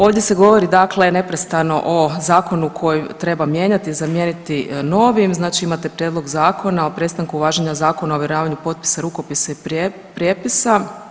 Ovdje se govori dakle neprestano o zakonu koji treba mijenjati i zamijeniti novim, znači imate Prijedlog zakona o prestanku važenja Zakona o ovjeravanju potpisa, rukopisa i prijepisa.